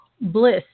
Bliss